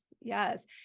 yes